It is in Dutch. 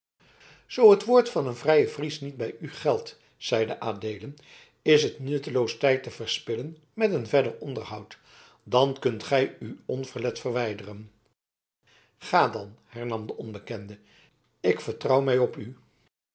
zoo het woord van een vrijen fries niet bij u geldt zeide adeelen is het nutteloos tijd te verspillen met een verder onderhoud dan kunt gij u onverlet verwijderen ga dan hernam de onbekende ik vertrouw mij op u